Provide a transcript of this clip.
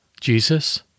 Jesus